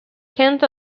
kent